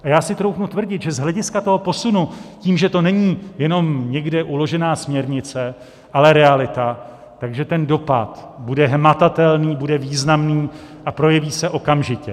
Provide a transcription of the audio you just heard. Já si troufnu tvrdit, že z hlediska toho posunu tím, že to není jenom někde uložená směrnice, ale realita, tak ten dopad bude hmatatelný, bude významný a projeví se okamžitě.